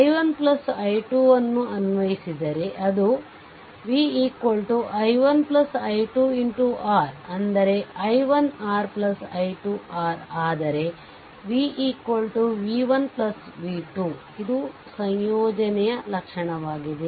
i1 i2 ಅನ್ನು ಅನ್ವಯಿದರೆ ಅದು v i1 i2 R ಅಂದರೆ i1R i2 R ಆದರೆ v v1 v2 ಇದು ಸಂಯೋಜನೆ ಲಕ್ಷಣವಾಗಿದೆ